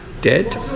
dead